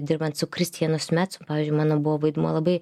dirbant su kristijanu smecu pavyzdžiui mano buvo vaidmuo labai